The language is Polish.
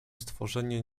stworzenie